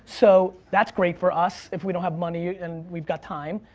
so that's great for us, if we don't have money and we've got time,